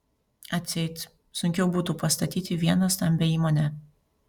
atseit sunkiau būtų pastatyti vieną stambią įmonę